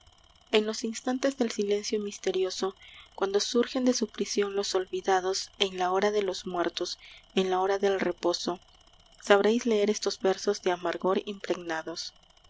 en los instantes del silencio misterioso cuando surgen de su prisión los olvidados en la hora de los muertos en la hora del reposo sabréis leer estos versos de amargor impregnados